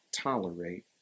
tolerate